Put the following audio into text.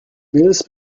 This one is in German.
mills